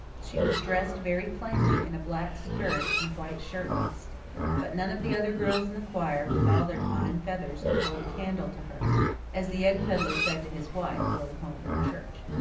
she was dressed very plainly in a black skirt and a white shirtwaist but none of the other girls in the choir, with all their fine feathers, could hold a candle to her as the egg pedlar said to his wife, going home from church.